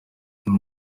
ibi